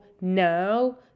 now